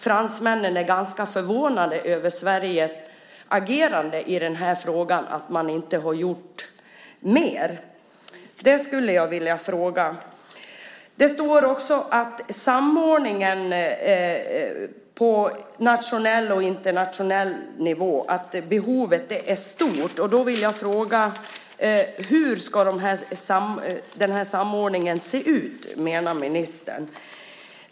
Fransmännen är ganska förvånade över Sveriges agerande i den här frågan, att man inte har gjort mer. Det skulle jag vilja fråga om. Det står att "behovet av samordning på såväl nationell som internationell nivå är stort". Då vill jag fråga: Hur menar ministern att samordningen ska se ut?